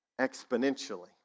exponentially